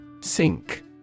Sink